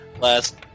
last